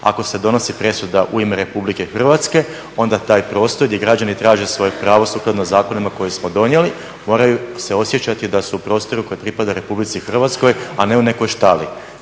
Ako se donosi presuda u ime RH, onda taj prostor gdje građani traže svoje pravo sukladno zakonima koje smo donijeli, moraju se osjećati da su u prostoru koji pripadaju RH, a ne u nekoj štali.